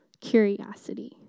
Curiosity